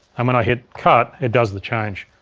and when i hit cut it does the change,